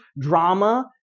drama